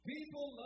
People